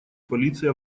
полиции